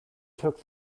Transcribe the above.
took